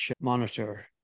monitor